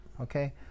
Okay